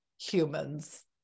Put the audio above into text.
humans